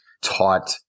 taught